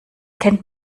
kennt